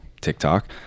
TikTok